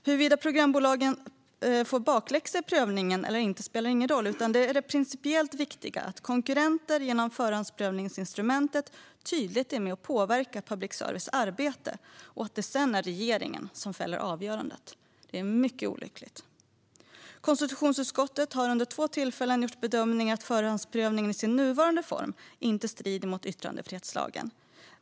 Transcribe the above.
Huruvida programbolagen får bakläxa i prövningarna eller inte spelar ingen roll, utan det principiellt viktiga är att konkurrenter genom förhandsprövningsinstrumentet tydligt är med och påverkar public services arbete och att det sedan är regeringen som fäller avgörandet. Det är mycket olyckligt. Konstitutionsutskottet har under två tillfällen gjort bedömningen att förhandsprövningen i sin nuvarande form inte strider mot yttrandefrihetsgrundlagen.